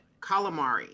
calamari